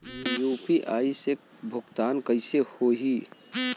UPI से भुगतान कइसे होहीं?